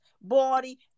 body